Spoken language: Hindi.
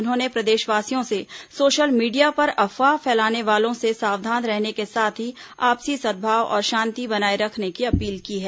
उन्होंने प्रदेशवासियों से सोशल मीडिया पर अफवाह फैलाने वालों से सावधान रहने के साथ ही आपसी सद्भाव और शांति बनाए रखने की अपील की है